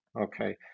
okay